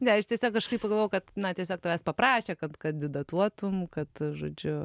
ne aš tiesiog kažkaip pagalvojau kad na tiesiog tavęs paprašė kad kandidatuotum kad žodžiu